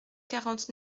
quarante